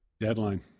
Deadline